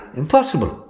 impossible